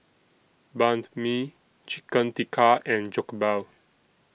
Banh MI Chicken Tikka and Jokbal